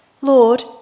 Lord